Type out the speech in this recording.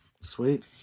Sweet